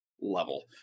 level